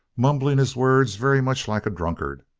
mumbling his words very much like a drunkard.